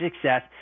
success